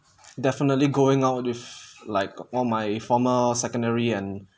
definitely going out with like all my former secondary and